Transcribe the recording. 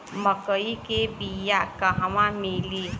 मक्कई के बिया क़हवा मिली?